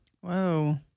Whoa